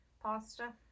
pasta